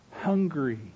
hungry